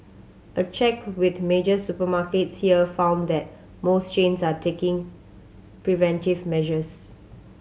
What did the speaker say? a check with major supermarkets here found that most chains are taking preventive measures